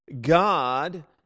God